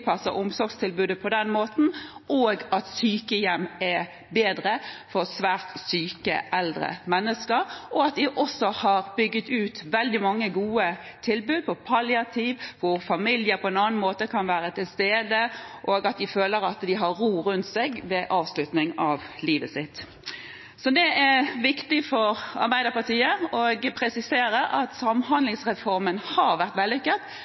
omsorgstilbudet på den måten, at sykehjem er bedre for svært syke eldre mennesker, og de har også bygget ut veldig mange gode tilbud innenfor palliativ behandling, hvor familier på en annen måte kan være til stede, og at de føler at de har ro rundt seg ved avslutningen av sitt liv. Det er viktig for Arbeiderpartiet å presisere at Samhandlingsreformen har vært vellykket,